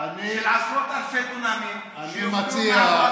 עשרות אלפי דונמים שהופקעו,